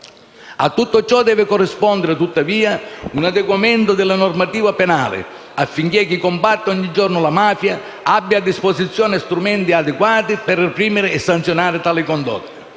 A tutto ciò deve corrispondere, tuttavia, un adeguamento della normativa penale, affinché chi combatte ogni giorno la mafia abbia a disposizione strumenti adeguati per reprimere e sanzionare tali condotte.